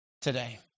today